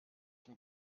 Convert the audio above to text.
dem